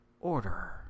Order